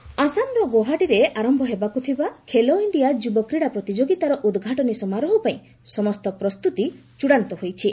Khelo India ଆସାମର ଗୌହାଟୀରେ ଆରମ୍ଭ ହେବାକୁ ଥିବା ଖେଲୋ ଇଣ୍ଡିଆ ଯୁବ କ୍ରୀଡ଼ା ପ୍ରତିଯୋଗିତାର ଉଦ୍ଘାଟନୀ ସମାରୋହପାଇଁ ସମସ୍ତ ପ୍ରସ୍ତୁତି ଚଡ଼ାନ୍ତ ହୋଇଛି